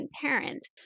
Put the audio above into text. parent